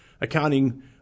accounting